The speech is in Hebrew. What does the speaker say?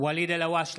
ואליד אלהואשלה,